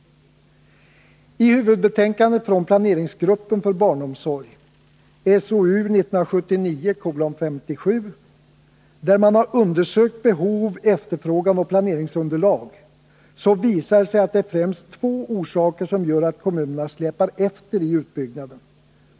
I huvudbetänkandet från planeringsgruppen för barnomsorg , som har undersökt behov, efterfrågan och planeringsunderlag, visas att det främst är två orsaker som gör att kommunerna släpar efter i utbyggnaden.